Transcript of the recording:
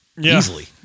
easily